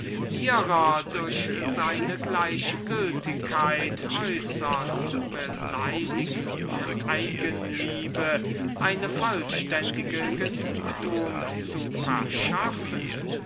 ihrer durch seine gleichgültigkeit äußerst beleidigten eigenliebe eine vollständige genugtuung zu verschaffen